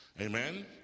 Amen